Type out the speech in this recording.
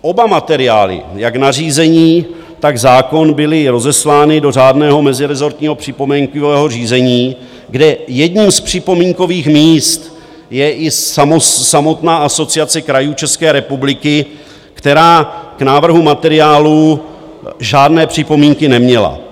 Oba materiály, jak nařízení, tak zákon, byly rozeslány do řádného mezirezortního připomínkového řízení, kde jedním z připomínkových míst je i samotná Asociace krajů České republiky, která k návrhu materiálů žádné připomínky neměla.